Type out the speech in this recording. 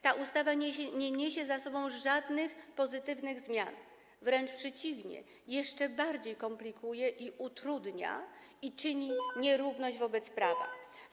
Ta ustawa nie niesie za sobą żadnych pozytywnych zmian, wręcz przeciwnie, jeszcze bardziej to komplikuje i utrudnia, wprowadza nierówność wobec prawa.